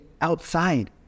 outside